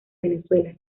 venezuela